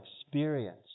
experience